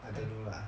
I